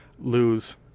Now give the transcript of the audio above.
lose